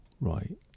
right